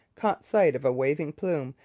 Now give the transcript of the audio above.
caught sight of a waving plume,